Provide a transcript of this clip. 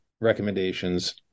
recommendations